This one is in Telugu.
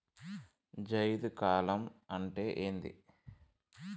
జైద్ కాలం అంటే ఏంది?